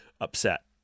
upset